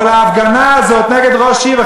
אבל ההפגנה הזאת נגד ראש עיר,